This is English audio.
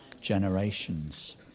generations